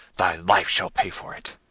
thy life shall pay for it.